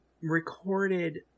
recorded